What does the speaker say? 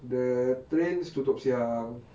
the trains tutup sia